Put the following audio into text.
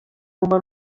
numa